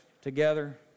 together